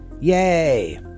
Yay